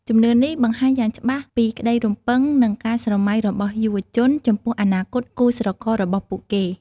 ជំនឿនេះបង្ហាញយ៉ាងច្បាស់ពីក្តីរំពឹង និងការស្រមៃរបស់យុវជនចំពោះអនាគតគូស្រកររបស់ពួកគេ។